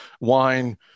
wine